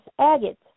Agate